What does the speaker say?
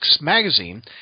magazine